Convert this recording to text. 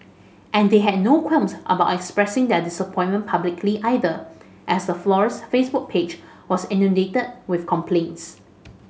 and they had no qualms about expressing their disappointment publicly either as the florist's Facebook page was inundated with complaints